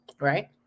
right